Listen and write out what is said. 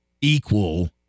equal